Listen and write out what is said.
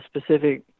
specific